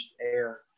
air